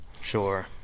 Sure